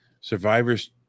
Survivors